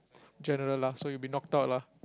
general lah so you will be knocked out lah